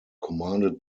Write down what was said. commanded